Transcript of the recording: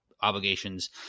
obligations